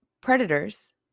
predators